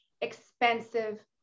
expensive